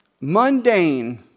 mundane